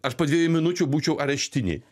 aš po dviejų minučių būčiau areštinėj